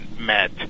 met